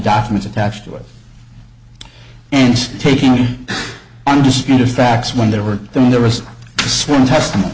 documents attached to it and taking undisputed facts when there were then there was sworn testimony